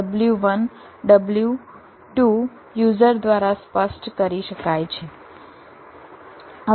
તેથી આ w1 w2 user દ્વારા સ્પષ્ટ કરી શકાય છે